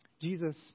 Jesus